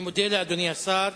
אני מודה לאדוני השר.